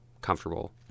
comfortable